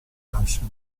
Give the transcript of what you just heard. nascere